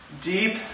deep